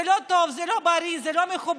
זה לא טוב, זה לא בריא, זה לא מכובד.